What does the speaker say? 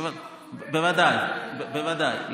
30% בוודאי, בוודאי.